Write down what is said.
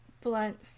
blunt